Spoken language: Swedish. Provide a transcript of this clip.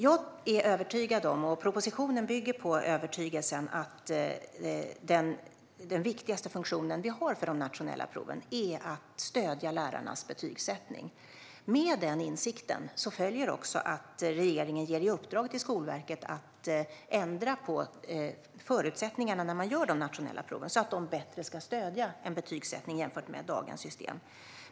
Jag är övertygad om, och propositionen bygger på övertygelsen, att den viktigaste funktionen vi har för de nationella proven är att stödja lärarnas betygsättning. Med den insikten följer också att regeringen ger Skolverket i uppdrag att ändra på förutsättningarna när de nationella proven sätts ihop så att de bättre ska stödja en betygsättning jämfört med dagens system.